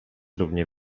równie